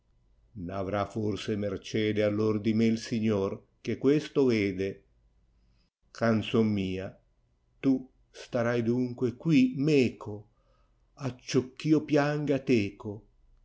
n avrà forse mercede àllor di me il signor che questo tede ganxon mia ta starai dunque qui meco acciocché io pianga teco